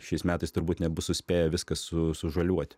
šiais metais turbūt nebus suspėję viskas su sužaliuoti